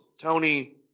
Tony